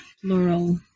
plural